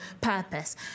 purpose